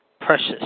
Precious